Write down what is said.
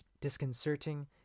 Disconcerting